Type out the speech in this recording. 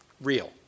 real